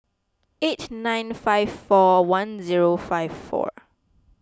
eight nine five four one zero five four